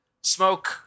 smoke